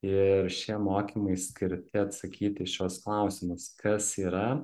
ir šie mokymai skirti atsakyti į šiuos klausimus kas yra